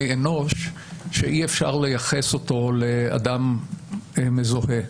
אנוש שאי-אפשר לייחס אותו לאדם מזוהה.